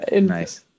Nice